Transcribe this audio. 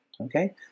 Okay